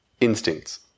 instincts